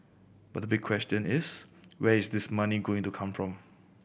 but the big question is where is this money going to come from